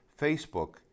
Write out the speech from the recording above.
Facebook